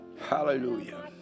Hallelujah